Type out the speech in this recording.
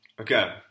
Okay